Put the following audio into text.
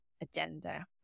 agenda